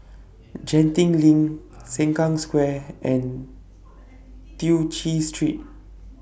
Genting LINK Sengkang Square and Tew Chew Street